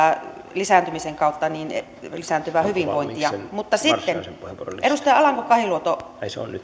lisääntymisen kautta tulee lisääntyvää hyvinvointia mutta sitten edustaja alanko kahiluoto